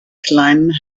kleinen